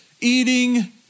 eating